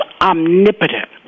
omnipotent